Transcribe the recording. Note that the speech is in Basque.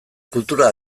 kultura